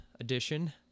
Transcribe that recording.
edition